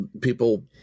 people